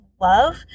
love